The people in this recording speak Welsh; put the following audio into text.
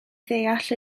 ddeall